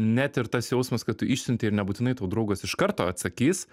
net ir tas jausmas kad tu išsiunti ir nebūtinai tau draugas iš karto atsakys